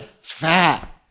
fat